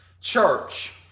church